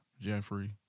Jeffrey